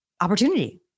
Opportunity